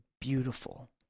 beautiful